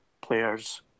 players